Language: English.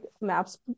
maps